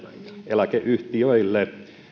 eläkeyhtiöille